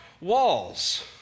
walls